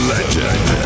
Legend